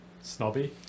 snobby